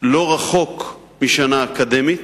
לא רחוק משנה אקדמית,